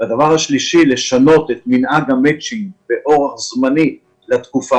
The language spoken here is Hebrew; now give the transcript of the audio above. הדבר השלישי הוא לשנות את מנהג המצ'ינג באורח זמני לתקופה